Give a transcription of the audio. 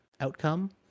outcome